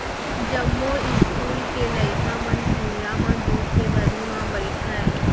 जमो इस्कूल के लइका मन भुइयां म जूट के दरी म बइठय